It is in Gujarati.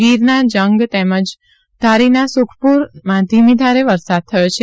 ગીરના જંગ તેમજ ધારીના સુખપુરમાં ધીમી ધારે વરસાદ થયો છે